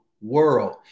world